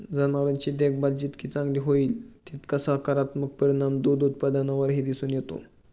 जनावरांची देखभाल जितकी चांगली होईल, तितका सकारात्मक परिणाम दूध उत्पादनावरही दिसून येतो